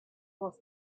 was